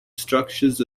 structures